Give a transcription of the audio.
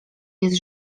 jest